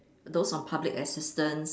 those on public assistance